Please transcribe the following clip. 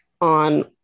on